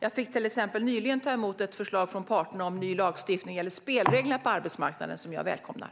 Jag fick till exempel nyligen ta emot ett förslag från parterna om ny lagstiftning om spelreglerna på arbetsmarknaden som jag välkomnar.